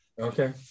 Okay